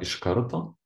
iš karto